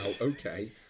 okay